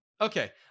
okay